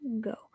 go